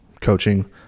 coaching